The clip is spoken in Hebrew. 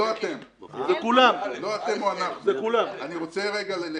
אני רוצה לחדד.